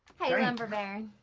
hey lumber baron!